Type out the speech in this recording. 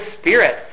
Spirit